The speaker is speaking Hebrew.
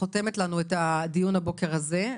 את חותמת לנו את הדיון לבוקר הזה.